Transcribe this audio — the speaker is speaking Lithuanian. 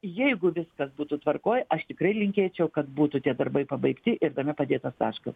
jeigu viskas būtų tvarkoj aš tikrai linkėčiau kad būtų tie darbai pabaigti ir tame padėtas taškas